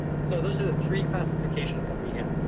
so those are the three classifications that we have.